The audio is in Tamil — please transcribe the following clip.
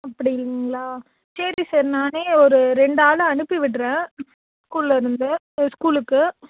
அப்படிங்களா சரி சார் நானே ஒரு ரெண்டு ஆளை அனுப்பி விடுறேன் ஸ்கூலில் இருந்து ஸ்கூலுக்கு